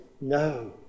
no